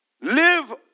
Live